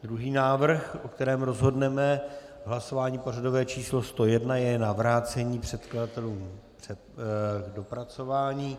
Druhý návrh, o kterém rozhodneme v hlasování pořadové číslo 101, je na vrácení předkladatelům k dopracování.